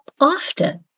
often